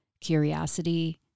curiosity